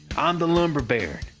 i'm the lumber baron.